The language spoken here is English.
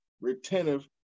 retentive